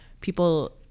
people